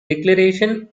declaration